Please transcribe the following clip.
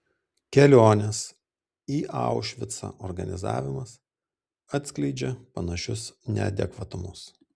kelionės į aušvicą organizavimas atskleidžia panašius neadekvatumus